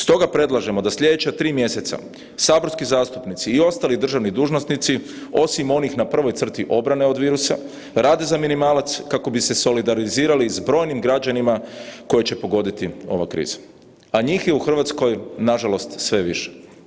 Stoga predlažemo da sljedeća tri mjeseca saborski zastupnici i ostali državni dužnosnici, osim onih na prvoj crti obrane od virusa, rade za minimalac kako bi se solidarizirali sa brojnim građanima koje će pogoditi ova kriza, a njih je u Hrvatskoj nažalost sve više.